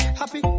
happy